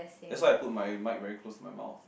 that's why I put my mic very close to my mouth